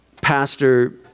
pastor